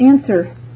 Answer